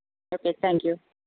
okay thank you